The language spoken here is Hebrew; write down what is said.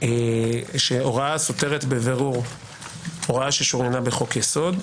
שהוראה הסותרת בבירור הוראה ששוריינה בחוק יסוד,